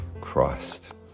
Christ